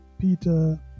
Peter